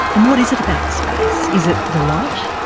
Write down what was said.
and what is it about the space? is it the light,